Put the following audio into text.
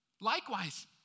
Likewise